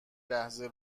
لحظه